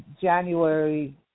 January